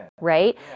right